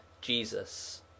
Jesus